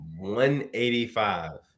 185